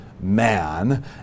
man